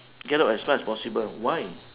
get out as fast as possible why